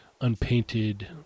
unpainted